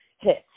hits